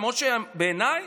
למרות שבעיניי